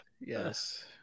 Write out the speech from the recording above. yes